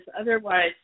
otherwise